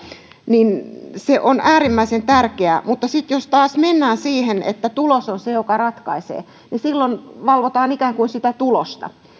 niin se on äärimmäisen tärkeää mutta sitten jos taas mennään siihen että tulos on se joka ratkaisee niin silloin valvotaan ikään kuin sitä tulosta jos